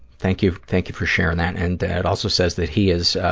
thank you thank you for sharing that. and it also says that he is